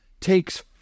takes